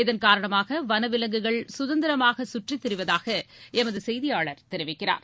இதன்காரணமாக வன விலங்குகள் சுதந்திரமாக சுற்றி திரிவதாக எமது செய்தியாளர் தெரிவிக்கிறார்